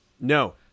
No